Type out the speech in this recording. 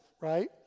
right